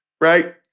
right